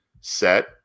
set